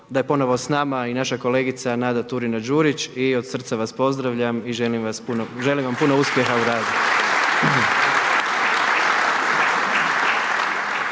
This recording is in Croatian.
da je ponovno s nama i naša kolegica Nada Turina-Đurić i od srca vas pozdravljam i želim vam puno uspjeha u radu.